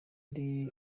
ari